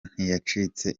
ntiyacitse